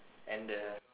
and the